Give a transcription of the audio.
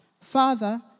father